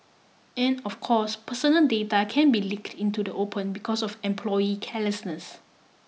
and of course personal data can be leaked into the open because of employee carelessness